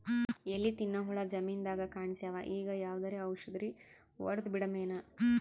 ಎಲಿ ತಿನ್ನ ಹುಳ ಜಮೀನದಾಗ ಕಾಣಸ್ಯಾವ, ಈಗ ಯಾವದರೆ ಔಷಧಿ ಹೋಡದಬಿಡಮೇನ?